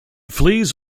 flees